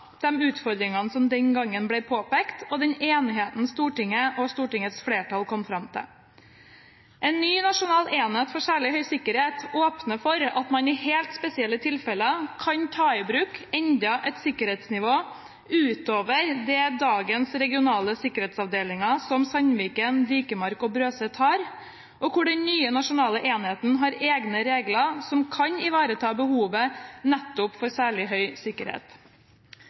utfordringene som den gangen ble påpekt, og den enigheten Stortinget og Stortingets flertall kom fram til. En ny nasjonal enhet for særlig høy sikkerhet åpner for at man i helt spesielle tilfeller kan ta i bruk enda et sikkerhetsnivå utover det dagens regionale sikkerhetsavdelinger, som Sandviken, Dikemark og Brøset, har, og hvor den nye nasjonale enheten har egne regler som kan ivareta behovet nettopp for særlig høy sikkerhet.